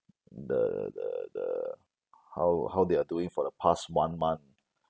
the the the how how they are doing for the past one month